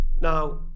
Now